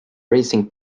racing